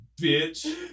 bitch